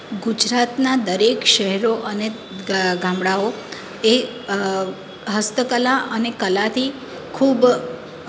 ગુજરાતના દરેક શહેરો અને ગ ગામડાઓ એ હસ્તકલા અને કલાથી ખૂબ